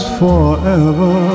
forever